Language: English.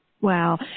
Wow